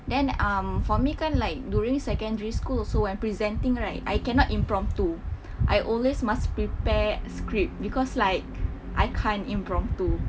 then um for me kan like during secondary school also when presenting right I cannot impromptu I always must prepare script because like I can't impromptu